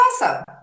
awesome